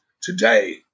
today